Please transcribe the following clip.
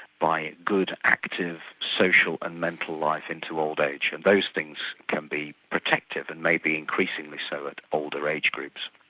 by good active social and mental life into old age, and those things can be protective and maybe increasingly so at older age groups.